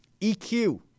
EQ